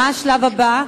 מה השלב הבא?